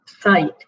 site